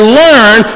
learn